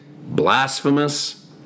blasphemous